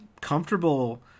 comfortable